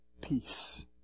peace